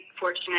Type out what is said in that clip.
fortunate